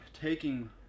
taking